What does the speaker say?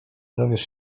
dowiesz